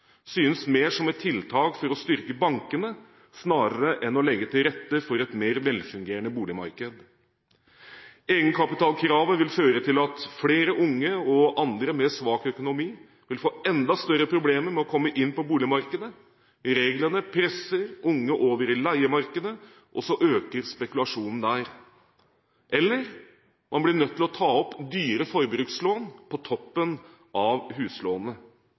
synes mer som et tiltak for å styrke bankene snarere enn å legge til rette for et mer velfungerende boligmarked. Egenkapitalkravet vil føre til at flere unge og andre med svak økonomi vil få enda større problemer med å komme inn på boligmarkedet. Reglene presser unge over i leiemarkedet, og så øker spekulasjonen der. Eller de er nødt til å ta opp dyre forbrukslån på toppen av huslånet.